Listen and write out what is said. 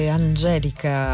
angelica